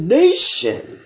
nation